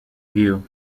view